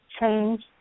Change